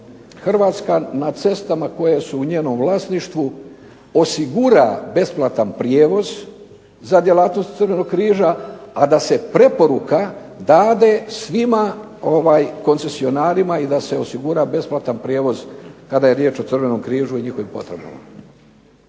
Hrvatska na cestama koje su u njenom vlasništvu osigura besplatan prijevoz za djelatnost Crvenog križa a da se preporuka dade svima koncesionarima i da se osigura besplatan prijevoz kada je riječ o Crvenom križu i njihovim potrebama.